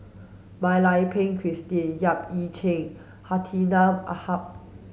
Mak Lai Peng Christine Yap Ee Chian Hartinah Ahmad